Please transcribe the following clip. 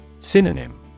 Synonym